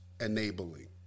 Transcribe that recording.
enabling